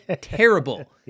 terrible